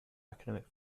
academic